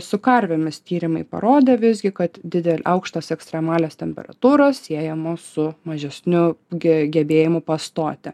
su karvėmis tyrimai parodė visgi kad didelį aukštos ekstremalios temperatūros siejamos su mažesniu ge gebėjimu pastoti